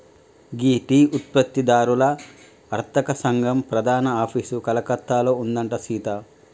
గీ tea ఉత్పత్తి దారుల అర్తక సంగం ప్రధాన ఆఫీసు కలకత్తాలో ఉందంట సీత